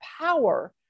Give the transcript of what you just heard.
power